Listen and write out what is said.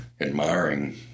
admiring